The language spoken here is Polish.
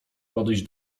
podejść